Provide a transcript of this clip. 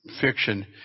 fiction